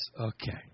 Okay